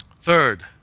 Third